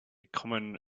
common